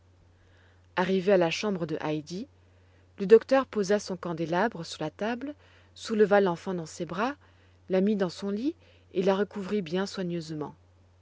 arrivé à la chambre de heidi le docteur posa son candélabre sur la table souleva l'enfant dans ses bras la mit dans son lit et la recouvrit bien soigneusement